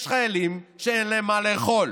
יש חיילים שאין להם מה לאכול.